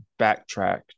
backtrack